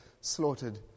slaughtered